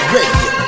Radio